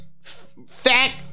fact